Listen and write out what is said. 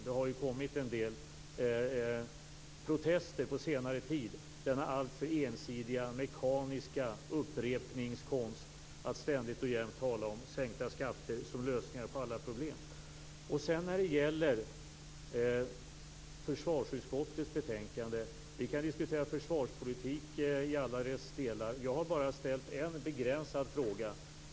Det har ju kommit en del protester på senare tid mot denna alltför ensidiga, mekaniska upprepningskonst att ständigt och jämt tala om sänkta skatter som lösningen på alla problem. Sedan gäller det försvarsutskottets betänkande. Vi kan diskutera försvarspolitik i alla dess delar. Jag har bara ställt en begränsad fråga.